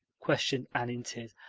questioned anne in tears.